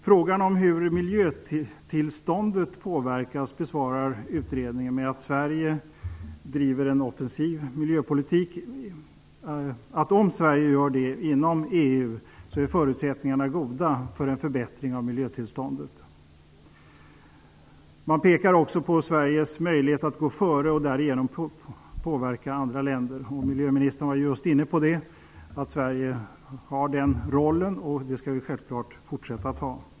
Frågan om hur miljötillståndet påverkas besvarar utredningen med att om Sverige driver en offensiv miljöpolitik inom EU är förutsättningarna goda för en förbättring av miljötillståndet. Man pekar också på Sveriges möjlighet att gå före och därigenom påverka andra länder. Miljöministern var inne på att Sverige har den rollen och den skall vi självfallet fortsätta att ha.